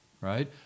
right